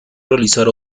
realizar